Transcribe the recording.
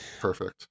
Perfect